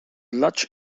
luge